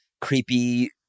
creepy